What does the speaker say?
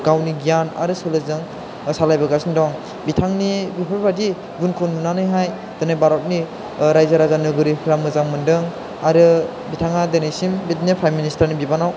गावनि गियान आरो सोलोजों सालायबोगासिनो दं बिथांनि बेफोरबायदि गुनखौ नुनानैहाय दिनै भारतनि रायजो राजा नोगोरिफ्रा मोजां मोनदों आरो बिथाङा दिनैसिम बिदिनो प्राइम मिनिस्थारनि बिबानाव